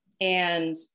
and-